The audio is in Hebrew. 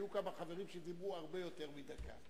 היו כמה חברים שדיברו הרבה יותר מדקה.